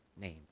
name